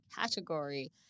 category